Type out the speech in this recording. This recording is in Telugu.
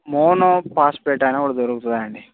మోనోఫాస్పేట్ అని ఒకటి దొరుకుతుంది అండి